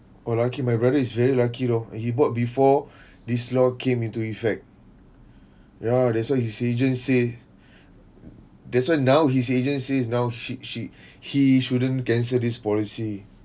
oh lucky my brother is very lucky loh he bought before this law came into effect ya that's why his agent say that's why now his agent says now she she he shouldn't cancel this policy